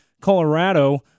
Colorado